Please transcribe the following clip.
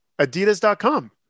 adidas.com